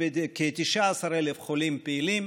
אנחנו כרגע עם כ-19,000 חולים פעילים.